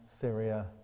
Syria